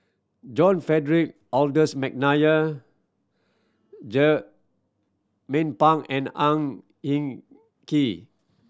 John Frederick Adolphus McNair Pang and Ang Hin Kee